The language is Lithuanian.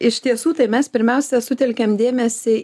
iš tiesų tai mes pirmiausia sutelkėm dėmesį